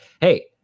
hey